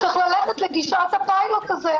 אז צריך ללכת לגישת הפיילוט הזה.